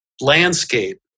landscape